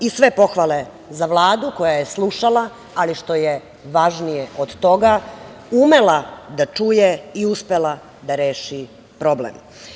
I sve pohvale za Vladu koja je slušala, ali što je važnije od toga, umela da čuje i uspela da reši problem.